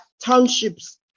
townships